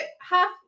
half